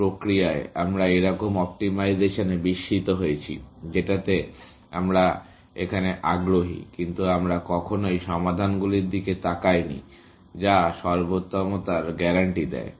এই প্রক্রিয়ায় আমরা একরকম অপ্টিমাইজেশানে বিস্মিত হয়েছি যেটাতে আমরা এখানে আগ্রহী কিন্তু আমরা কখনই সমাধানগুলির দিকে তাকাইনি যা সর্বোত্তমতার গ্যারান্টি দেয়